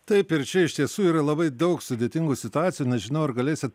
taip ir čia iš tiesų yra labai daug sudėtingų situacijų nežinau ar galėsit